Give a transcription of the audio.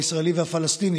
הישראלי והפלסטיני,